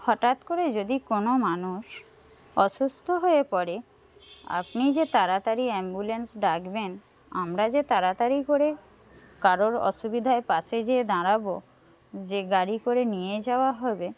হঠাৎ করে যদি কোনো মানুষ অসুস্থ হয়ে পড়ে আপনি যে তাড়াতাড়ি অ্যাম্বুলেন্স ডাকবেন আমরা যে তাড়াতাড়ি করে কারোর অসুবিধায় পাশে যেয়ে দাঁড়াবো যে গাড়ি করে নিয়ে যাওয়া হবে